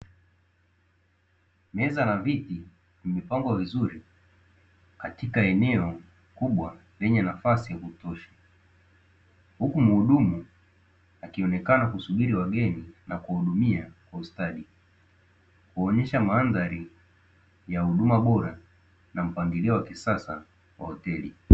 Meza na viti vimepangwa vizuri katika eneo kubwa lenye nafasi ya kutosha, huku muhudumu akionekana kusubiri wageni na kuwahudumia kwa ustadi, kuonyesha mandhari na mpangilio wa kisasa wa hoteli.